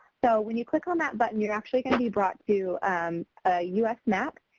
so when you click on that button you're actually going to be brought to a u s. map.